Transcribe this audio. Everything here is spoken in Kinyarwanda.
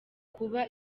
kuba